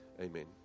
Amen